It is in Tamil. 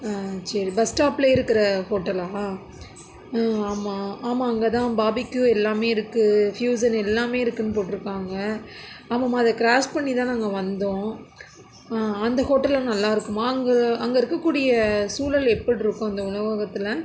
சரி பஸ் ஸ்டாப்ல இருக்கிற ஹோட்டல்லாம் ஆமாம் ஆமாம் அங்கே தான் பாபிக்யூ எல்லாமே இருக்கு ஃபியூசன் எல்லாமே இருக்குன்னு போட்டுருக்காங்க ஆமாம் ஆமாம் அதை கிராஸ் பண்ணி தான் நாங்கள் வந்தோம் அந்த ஹோட்டலில் நல்லாருக்குமா அங்கே அங்கே இருக்கக்கூடிய சூழல் எப்படிருக்கும் அந்த உணவகத்தில்